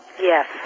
Yes